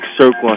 circle